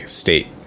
state